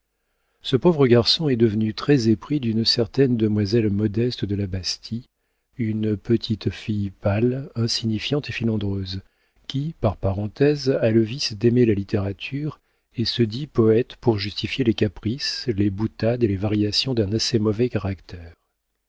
ce pauvre garçon est devenu très épris d'une certaine demoiselle modeste de la bastie une petite fille pâle insignifiante et filandreuse qui par parenthèse a le vice d'aimer la littérature et se dit poëte pour justifier les caprices les boutades et les variations d'un assez mauvais caractère